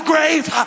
grave